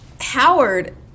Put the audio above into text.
Howard